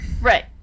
Right